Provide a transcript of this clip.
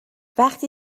وقتی